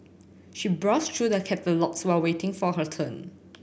she browsed through the catalogues while waiting for her turn